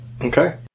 Okay